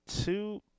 two